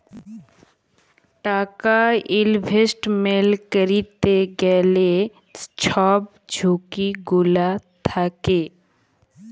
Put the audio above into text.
টাকা ইলভেস্টমেল্ট ক্যইরতে গ্যালে ছব ঝুঁকি গুলা থ্যাকে